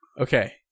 Okay